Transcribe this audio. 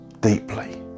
deeply